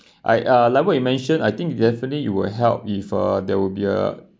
I uh like what you mentioned I think it definitely it would help if uh there will be a